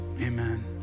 Amen